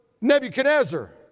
Nebuchadnezzar